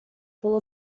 full